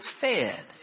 fed